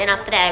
ya